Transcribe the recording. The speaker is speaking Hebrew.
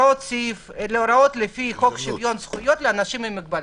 לפי הוראות חוק שוויון זכויות לאנשים עם מוגבלות.